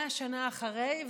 100 שנה אחרי,